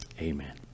Amen